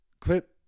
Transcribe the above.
clip